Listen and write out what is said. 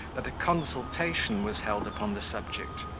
that a consultation was held upon the subject,